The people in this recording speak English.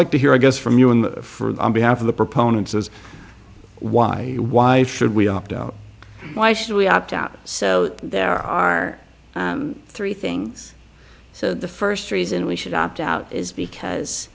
hear i guess from you and for behalf of the proponents is why why should we opt out why should we opt out so there are three things so the first reason we should opt out is because